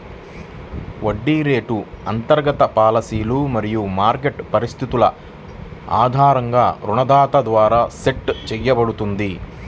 వడ్డీ రేటు అంతర్గత పాలసీలు మరియు మార్కెట్ పరిస్థితుల ఆధారంగా రుణదాత ద్వారా సెట్ చేయబడుతుంది